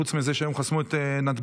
חוץ מזה שהיום חסמו את נתב"ג.